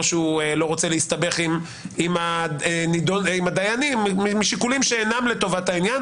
או שהוא לא רוצה להסתבך עם הדיינים משיקולים שאינם לטובת העניין